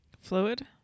Fluid